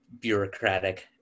bureaucratic